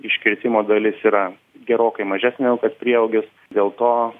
iškirtimo dalis yra gerokai mažesnė o kad prieaugis dėl to